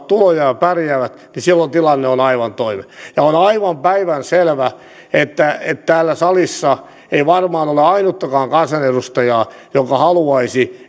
tuloja ja pärjäävät niin silloin tilanne on aivan toinen ja on on aivan päivänselvää että että täällä salissa ei varmaan ole ainuttakaan kansanedustajaa joka haluaisi